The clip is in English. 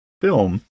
film